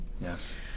yes